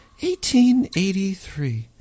1883